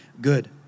good